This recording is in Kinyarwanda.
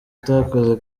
utakoze